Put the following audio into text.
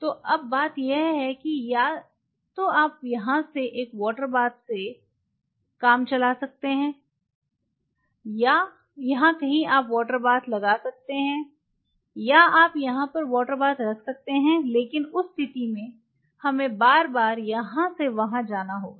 तो अब बात यह है कि या तो आप यहाँ से एक वॉटर बाथ से काम चला सकते हैं यहाँ कहीं आप वॉटर बाथ लगा सकते हैं या आप यहाँ पर वॉटर बाथ रख सकते हैं लेकिन उस स्थिति में हमें बार बार यहाँ से वहां जाना होगा